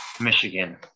Michigan